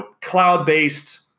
cloud-based